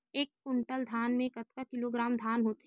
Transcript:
एक कुंटल धान में कतका किलोग्राम धान होथे?